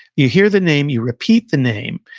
you hear the name, you repeat the name,